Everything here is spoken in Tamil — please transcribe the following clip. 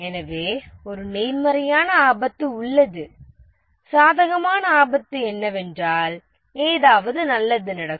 எனவே ஒரு நேர்மறையான ஆபத்து உள்ளது சாதகமான ஆபத்து என்னவென்றால் ஏதாவது நல்லது நடக்கும்